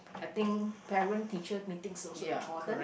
I think parent teacher Meetings also important